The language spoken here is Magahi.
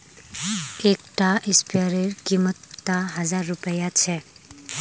एक टा स्पीयर रे कीमत त हजार रुपया छे